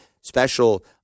special